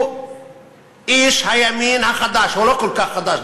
הוא איש הימין החדש, או לא כל כך חדש.